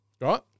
Right